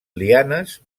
lianes